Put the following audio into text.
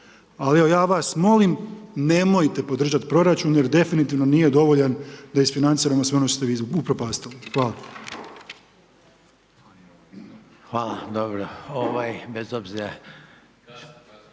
evo, ja vas molim nemojte podržati proračun jer definitivno nije dovoljan da isfinanciramo sve ono što ste vi upropastili. Hvala. **Reiner, Željko